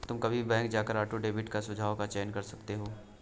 तुम कभी भी बैंक जाकर ऑटो डेबिट का सुझाव का चयन कर सकते हो